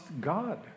God